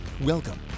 Welcome